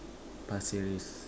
Pasir-Ris